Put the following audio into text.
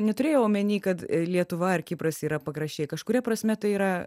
neturėjau omeny kad lietuva ar kipras yra pakraščiai kažkuria prasme tai yra